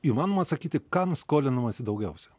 įmanoma tik kam skolinamasi daugiausiai